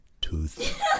Tooth